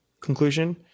conclusion